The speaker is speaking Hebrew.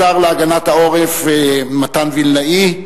השר להגנת העורף מתן וילנאי,